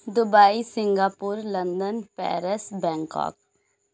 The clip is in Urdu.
Dubai Singapore London Paris Bangkok